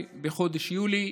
בחודש יולי.